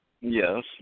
Yes